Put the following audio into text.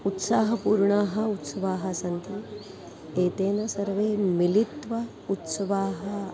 उत्साहपूर्णाः उत्सवाः सन्ति एतेन सर्वे मिलित्वा उत्सवाः